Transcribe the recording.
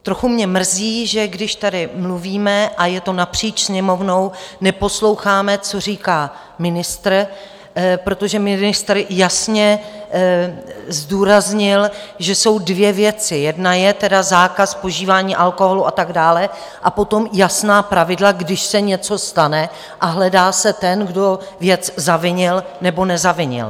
Trochu mě mrzí, že když tady mluvíme, a je to napříč Sněmovnou, neposloucháme, co říká ministr, protože ministr jasně zdůraznil, že jsou dvě věci, jedna je zákaz požívání alkoholu a tak dále, a potom jasná pravidla, když se něco stane a hledá se ten, kdo věc zavinil nebo nezavinil.